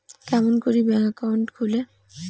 কেমন করি bank account খুলে?